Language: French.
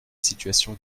situation